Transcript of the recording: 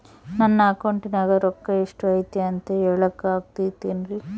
ನನ್ನ ಅಕೌಂಟಿನ್ಯಾಗ ರೊಕ್ಕ ಎಷ್ಟು ಐತಿ ಅಂತ ಹೇಳಕ ಆಗುತ್ತೆನ್ರಿ?